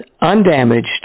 undamaged